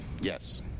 Yes